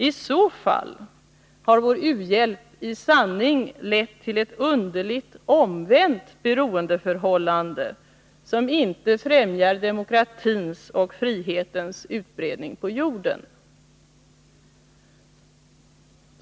I så fall har vår u-hjälp i sanning lett till ett underligt omvänt beroendeförhållande, som inte främjar demokratins och frihetens utbredning på jorden.